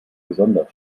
besonders